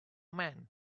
man